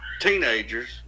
teenagers